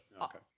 okay